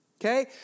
Okay